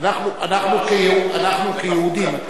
אנחנו כיהודים,